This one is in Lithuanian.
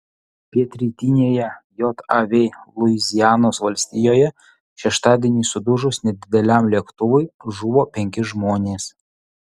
pietrytinėje jav luizianos valstijoje šeštadienį sudužus nedideliam lėktuvui žuvo penki žmonės